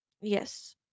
Yes